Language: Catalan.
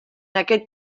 aquest